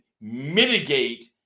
mitigate